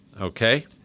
okay